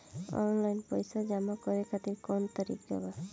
Online पइसा जमा करे खातिर कवन तरीका बा?